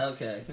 Okay